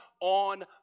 on